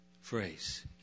phrase